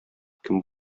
кем